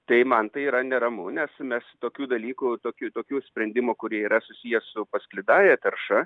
tai man tai yra neramu nes mes tokių dalykų tokių tokių sprendimų kurie yra susiję su pasklidąja tarša